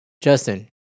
Justin